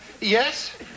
yes